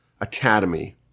academy